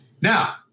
Now